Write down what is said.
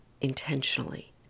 intentionally